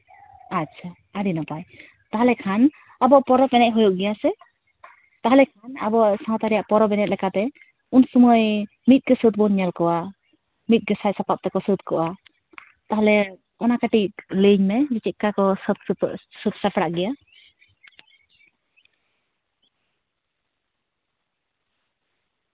ᱟᱪᱪᱷᱟ ᱟᱹᱰᱤ ᱱᱟᱯᱟᱭ ᱛᱟᱦᱞᱮ ᱠᱷᱟᱱ ᱟᱵᱚ ᱯᱚᱨᱚᱵᱽ ᱮᱱᱮᱡ ᱦᱩ ᱭᱩᱜ ᱜᱮᱭᱟ ᱦᱮᱸᱥᱮ ᱛᱟᱦᱞᱮ ᱠᱷᱟᱱ ᱟᱵᱚ ᱥᱟᱶᱛᱟ ᱨᱮᱭᱟᱜ ᱯᱚᱨᱚᱵᱽ ᱮᱱᱮᱡ ᱞᱮᱠᱟᱛᱮ ᱩᱱ ᱥᱚᱢᱚᱭ ᱢᱤᱫ ᱛᱮ ᱥᱟᱹᱛ ᱵᱚᱱ ᱧᱮᱞ ᱠᱚᱣᱟ ᱢᱤᱫᱛᱮ ᱥᱟᱡᱽᱼᱥᱟᱯᱟᱵᱽ ᱛᱮᱠᱚ ᱥᱟᱹᱛ ᱠᱚᱜᱼᱟ ᱛᱟᱦᱞᱮ ᱚᱱᱟ ᱠᱟᱹᱴᱤᱡ ᱞᱟᱹᱭᱟᱹᱧ ᱢᱮ ᱪᱮᱫᱠᱟ ᱠᱚ ᱥᱟᱛ ᱥᱟᱹᱛᱟᱹᱜ ᱥᱟᱹᱛ ᱥᱟᱯᱲᱟᱜ ᱜᱮᱭᱟ